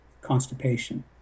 constipation